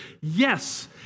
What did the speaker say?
Yes